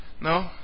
No